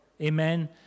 Amen